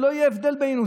שלא יהיה הבדל בינינו.